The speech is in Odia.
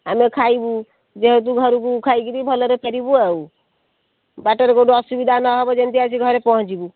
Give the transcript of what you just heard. ଆମେ ଖାଇବୁ ଯେହେତୁ ଘରକୁ ଖାଇକରି ଭଲରେ ଫେରିବୁ ଆଉ ବାଟରେ କେଉଁଠି ଅସୁବିଧା ଯେମିତି ନ ହେବ ଯେମିତି ଆସି ଘରେ ପହଞ୍ଚିବୁ